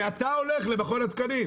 ואתה הולך למכון התקנים.